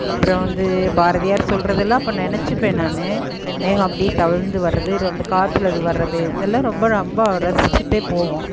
அப்புறோம் வந்து பாரதியார் சொல்கிறதெல்லாம் அப்போ நினைச்சிப்பேன் நான் மேகம் அப்படியே தவழ்ந்து வரது ரவுந்து காத்தில் அது வரது இதெல்லாம் ரொம்ப ரொம்போவே ரசிச்சுட்டே போவோம்